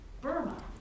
Burma